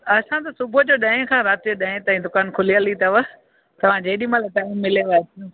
असां त सुबुह जो ॾहें खां राति जो ॾहें ताईं राति जो दुकान खुलियल ई अथव तव्हां जेॾी महिल टाइम मिलेव अचो